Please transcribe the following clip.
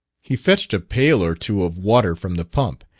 he fetched a pail or two of water from the pump,